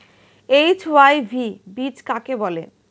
HYV বীজ কাকে বলে?